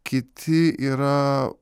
kiti yra